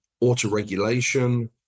auto-regulation